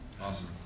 awesome